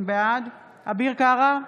בעד אביר קארה,